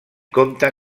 compte